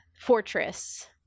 fortress